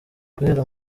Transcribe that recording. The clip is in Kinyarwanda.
guhera